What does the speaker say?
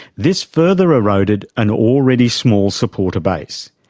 this further eroded an already small supporter base.